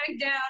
down